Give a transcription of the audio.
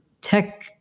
tech